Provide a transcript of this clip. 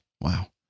Wow